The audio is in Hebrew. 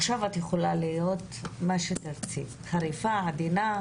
עכשיו את יכולה להיות חריפה או עדינה.